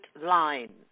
line